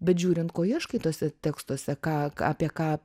bet žiūrint ko ieškai tuose tekstuose ką apie ką